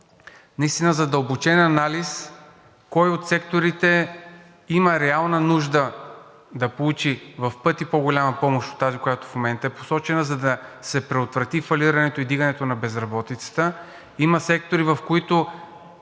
наистина задълбочен анализ кой от секторите има реална нужда да получи в пъти по-голяма помощ от тази, която в момента е посочена, за да се предотврати фалирането и вдигането на безработицата. Има сектори, в които